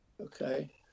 okay